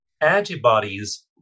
antibodies